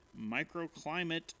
microclimate